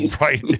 Right